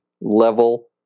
level